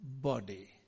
body